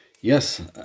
Yes